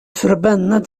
förbannad